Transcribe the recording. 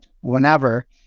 whenever